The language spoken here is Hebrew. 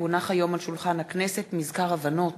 כי הונח היום על שולחן הכנסת מזכר הבנות